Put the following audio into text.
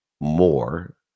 more